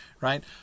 right